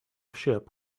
ship